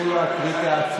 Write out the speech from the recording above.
תנו לו להקריא את ההצעה.